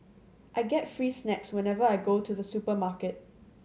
I get free snacks whenever I go to the supermarket